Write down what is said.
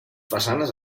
façanes